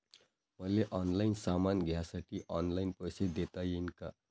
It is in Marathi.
मले ऑनलाईन सामान घ्यासाठी ऑनलाईन पैसे देता येईन का?